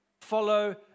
follow